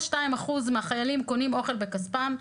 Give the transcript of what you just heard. שפורסמו, 82% מהחיילים קונים אוכל בכספם,